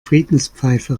friedenspfeife